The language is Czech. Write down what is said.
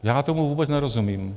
Já tomu vůbec nerozumím.